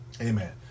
Amen